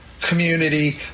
community